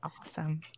awesome